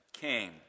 came